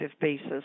basis